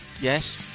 Yes